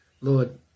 Lord